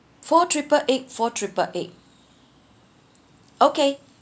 four triple eight for triple eight okay